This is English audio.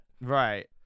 Right